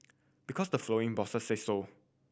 because the following bosses say so